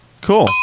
Cool